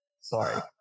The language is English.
Sorry